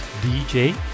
DJ